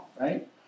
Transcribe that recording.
right